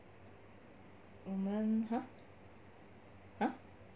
我们 !huh! !huh!